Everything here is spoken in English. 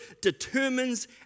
determines